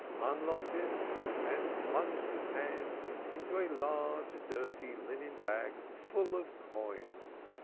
unlocked it and plunged his hand into a large dirty linen bag, full of coins.